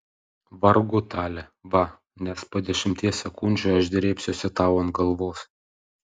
vargu tale va nes po dešimties sekundžių aš drėbsiuosi tau ant galvos